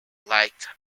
liked